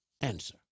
answer